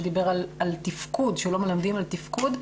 שדיבר על כך שלא מלמדים על תפקוד,